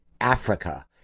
Africa